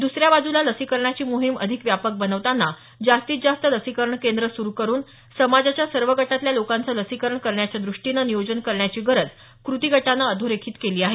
द्सऱ्या बाजूला लसीकरणाची मोहीम अधिक व्यापक बनवताना जास्तीत जास्त लसीकरण केंद्र सुरु करून समाजाच्या सर्व गटातल्या लोकांच लसीकरण करण्याच्या द्रष्टीनं नियोजन करण्याची गरज कृती गटानं अधोरेखित केली आहे